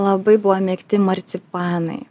labai buvo mėgti marcipanai